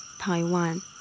Taiwan